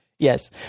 Yes